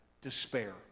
despair